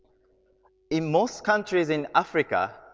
in most countries in africa,